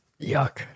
Yuck